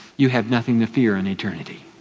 you have nothing to fear in eternity,